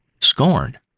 scorn